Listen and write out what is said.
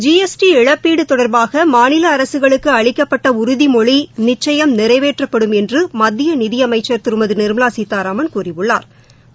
G S T இழப்பீடு தொடர்பாக மாநில அரசுகளுக்கு அளிக்கப்பட்ட உறதிமொழி நிச்சயம் நிறைவேற்றப்படும் என்று மத்திய நிதி அமைச்சர் திருமதி நிர்மலா சீத்தாராமன் கூறியுள்ளாா்